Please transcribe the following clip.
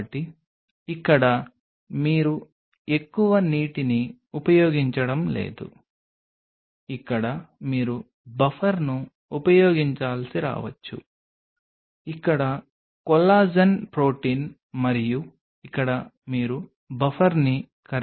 కాబట్టి ఇక్కడ మీరు ఎక్కువ నీటిని ఉపయోగించడం లేదు ఇక్కడ మీరు బఫర్ను ఉపయోగించాల్సి రావచ్చు ఇక్కడ కొల్లాజెన్ ప్రోటీన్ మరియు ఇక్కడ మీరు బఫర్ని కరిగించవచ్చు